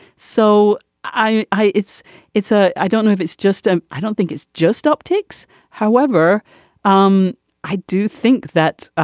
so i i it's it's a i don't know if it's just. and i don't think it's just optics. however um i do think that ah